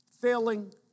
failing